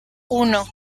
uno